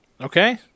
okay